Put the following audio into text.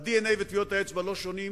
ה-DNA וטביעות האצבע לא שונים